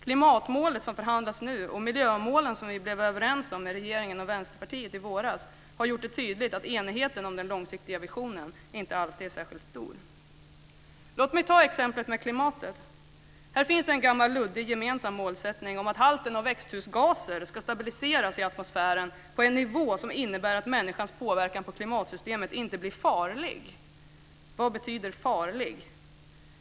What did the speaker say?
Klimatmålet, som behandlas nu, och miljömålen, som vi blev överens om med regeringen och Vänsterpartiet i våras, har gjort det tydligt att enigheten om den långsiktiga visionen inte alltid är särskilt stor. Låt mig ta exemplet med klimatet. Det finns en gammal luddig gemensam målsättning om att halten av växthusgaser ska stabiliseras i atmosfären på en nivå som innebär att människans påverkan på klimatsystemet inte blir farlig. Vad betyder farlig?